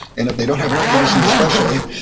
and if they don't have air conditioning, especially,